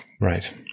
Right